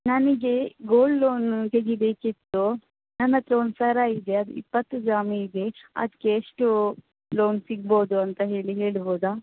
ನನಗೆ gold loan ತೆಗೀಬೇಕಿತ್ತು ನನ್ನ ಹತ್ರ ಒಂದು ಸರ ಇದೆ ಅದು ಇಪ್ಪತ್ತು ಗ್ರಾಮ್ ಇದೆ ಅದಕ್ಕೆ ಎಷ್ಟು ಲೋನ್ ಸಿಗ್ಬೋದು ಅಂತ ಹೇಳಿ ಹೇಳ್ಬೋದಾ